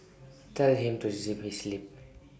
tell him to zip his lip